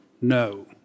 no